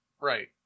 Right